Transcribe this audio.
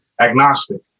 agnostic